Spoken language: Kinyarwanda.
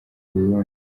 burundi